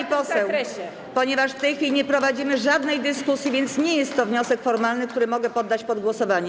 Pani poseł, ponieważ w tej chwili nie prowadzimy żadnej dyskusji, nie jest to wniosek formalny, który mogę poddać pod głosowanie.